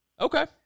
Okay